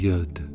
Yud